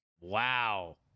Wow